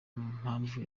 mpamvu